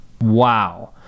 Wow